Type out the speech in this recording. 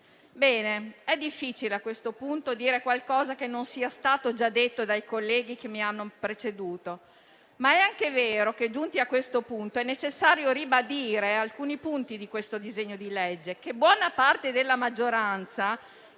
È difficile ora dire qualcosa che non sia stato già detto dai colleghi che mi hanno preceduto, ma è anche vero che, giunti a questo punto, è necessario ribadire alcuni passaggi del disegno di legge in esame, che buona parte della maggioranza